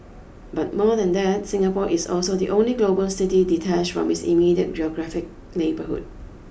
but more than that Singapore is also the only global city detached from its immediate geographic neighbourhood